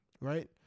right